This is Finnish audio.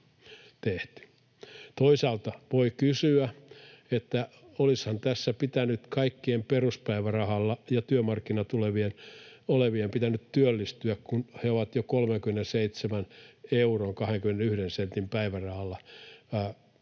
Toisaalta voi kysyä, että olisihan tässä pitänyt kaikkien peruspäivärahalla ja työmarkkinatuella olevien työllistyä, kun he ovat jo 37 euron 21 sentin päivärahalla. Kyllähän